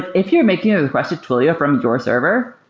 if you're making a request to twilio from your server,